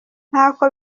ntako